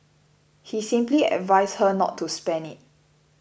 he simply advised her not to spend it